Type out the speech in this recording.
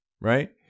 right